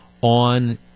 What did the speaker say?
on